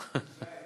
איציק, תישאר.